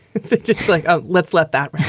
it's it's it's like ah let's let that